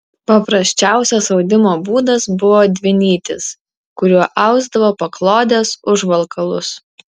paprasčiausias audimo būdas buvo dvinytis kuriuo ausdavo paklodes užvalkalus